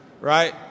right